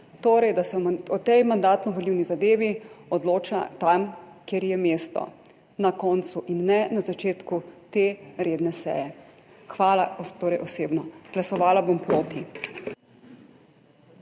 Torej da se o tej mandatno-volilni zadevi odloča tam, kjer je mesto [za to], na koncu in ne na začetku te redne seje. Torej hvala osebno. Glasovala bom proti.